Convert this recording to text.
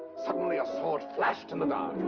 suddenly a sword flashed in the dark!